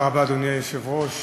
אדוני היושב-ראש,